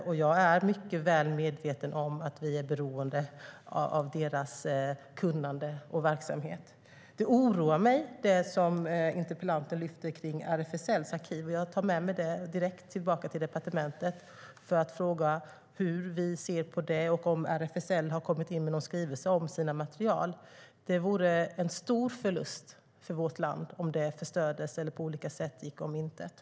Och jag är mycket väl medveten om att vi är beroende av deras kunnande och verksamhet. Det som interpellanten lyfter fram angående RFSL:s arkiv oroar mig. Jag tar det med mig tillbaka till departementet direkt, för att fråga hur vi ser på det och om RFSL har kommit in med någon skrivelse om sina material. Det vore en stor förlust för vårt land om det förstördes eller på olika sätt gick om intet.